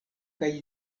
kaj